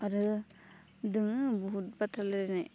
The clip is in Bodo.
आरो दङ बहुथ बाथ्रा रायलायनाय